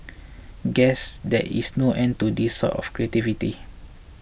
guess there is no end to this sort of creativity